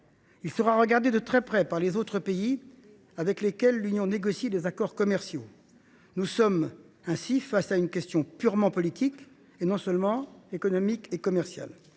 Il sera regardé de très près par les autres pays avec lesquels l’Union négocie les accords commerciaux. Nous sommes ainsi face à une question purement politique, et non seulement économique et commerciale.